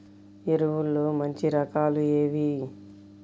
ఎరువుల్లో మంచి రకాలు ఏవి?